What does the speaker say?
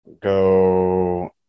go